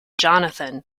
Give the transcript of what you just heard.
jonathan